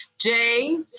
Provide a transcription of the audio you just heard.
Jay